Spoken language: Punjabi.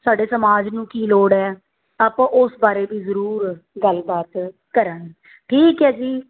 ਸਾਡੇ ਸਮਾਜ ਨੂੰ ਕੀ ਲੋੜ ਹੈ ਆਪਾਂ ਉਸ ਬਾਰੇ ਵੀ ਜ਼ਰੂਰ ਗੱਲਬਾਤ ਕਰਾਂਗੇ ਠੀਕ ਹੈ ਜੀ